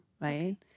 right